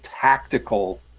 tactical